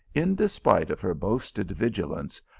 in despite of her boasted vigilance,